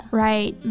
right